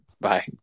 Bye